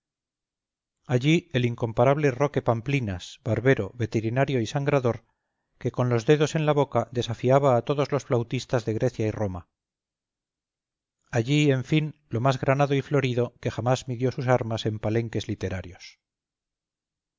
allí el incomparable roque pamplinas barbero veterinario y sangrador que con los dedos en la boca desafiaba a todos los flautistas de grecia y roma allí en fin lo más granado y florido que jamás midió sus armas en palenques literarios